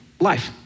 life